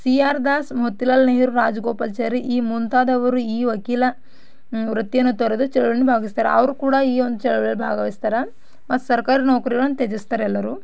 C R Das Motilal Nehru Rajagopalachari ಈ ಮುಂತಾದವರು ಈ ವಕೀಲ ವೃತ್ತಿಯನ್ನು ತೊರೆದು ಚಳುವಳಿಯಲ್ಲಿ ಭಾಗವಹಿಸ್ತಾರೆ ಅವರು ಕೂಡ ಈ ಒಂದು ಚಳುವಳಿಯಲ್ಲಿ ಭಾಗವಹಿಸ್ತಾರೆ ಮತ್ತು ಸರ್ಕಾರಿ ನೌಕರಿಗಳನ್ನು ತ್ಯಜಿಸ್ತಾರೆ ಎಲ್ಲರೂ